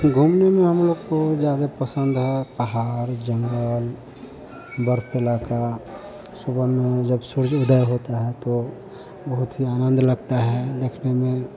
घूमने में हम लोग को ज़्यादा पसंद है पहाड़ जंगल बर्फ इलाक़ा सुबह में जब सूरज उदय होता है तो बहुत ही आनंद लगता है देखने में